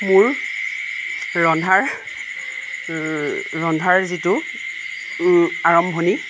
মোৰ ৰন্ধাৰ ৰন্ধাৰ যিটো আৰম্ভণি